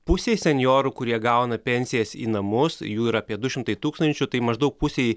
pusei senjorų kurie gauna pensijas į namus jų yra apie du šimtai tūkstančių tai maždaug pusei